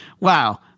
wow